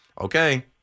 okay